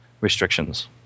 restrictions